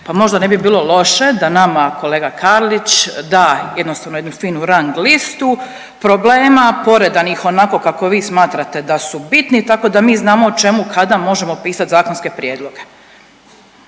pa možda ne bi bilo loše da nama kolega Karlić da jednostavno jednu finu rang listu problema poredanih onako kako vi smatrate da su bitni tako da mi znamo o čemu kada možemo pisati zakonske prijedloge.